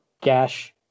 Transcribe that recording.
gash